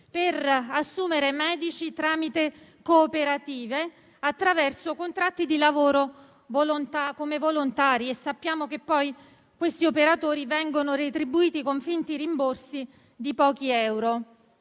per assumere medici tramite cooperative, attraverso contratti di lavoro come volontari, e sappiamo che poi questi operatori vengono retribuiti con finti rimborsi di pochi euro.